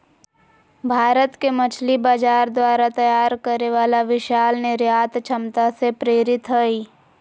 भारत के मछली बाजार द्वारा तैयार करे वाला विशाल निर्यात क्षमता से प्रेरित हइ